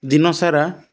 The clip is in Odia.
ଦିନସାରା